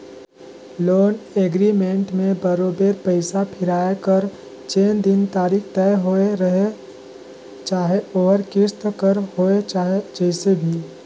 loan agreement में बरोबेर पइसा फिराए कर जेन दिन तारीख तय होए रहेल चाहे ओहर किस्त कर होए चाहे जइसे भी